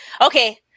Okay